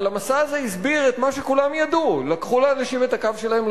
אבל המסע הזה הסביר את מה שכולם ידעו: לקחו לאנשים את הקו שלהם.